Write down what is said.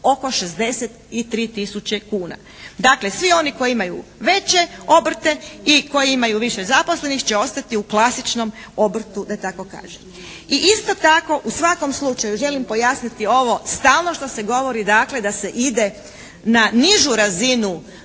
oko 63 tisuće kuna. Dakle, svi oni koji imaju veće obrte i koji imaju više zaposlenih će ostati u klasičnom obrtu da tako kažem. I isto tako u svakom slučaju želim pojasniti ovo stalno što se govori da se ide na nižu razinu